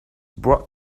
brought